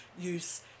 use